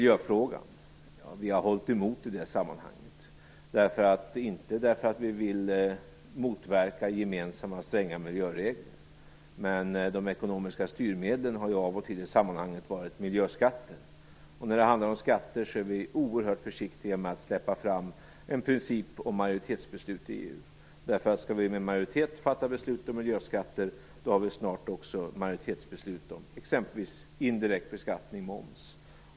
Ja, vi har hållit emot i miljöfrågan, inte därför att vi vill motverka gemensamma stränga miljöregler, utan därför att de ekonomiska styrmedlen av och till i sammanhanget har varit miljöskatter. När det handlar om skatter är vi oerhört försiktiga med att släppa fram en princip om majoritetsbeslut i EU. Skall vi fatta beslut med majoritet om miljöskatter, då får vi nämligen snart också majoritetsbeslut om exempelvis indirekt beskattning, moms.